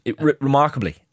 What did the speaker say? Remarkably